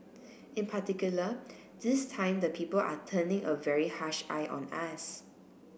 in particular this time the people are turning a very harsh eye on us